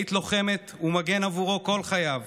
היית לוחמת ומגן עבורו כל חייו